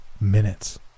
minutes